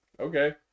Okay